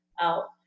out